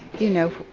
you know,